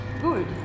Good